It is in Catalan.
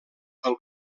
pel